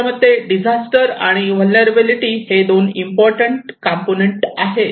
त्यांच्या मते डिझास्टर आणि व्हलनेरलॅबीलीटी हे दोन इम्पॉर्टंट कंपोनेंट आहेत